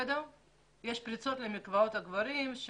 יש פריצות למקוואות הגברים.